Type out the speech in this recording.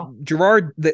Gerard